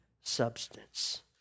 substance